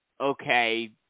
okay